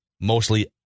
mostly